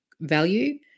value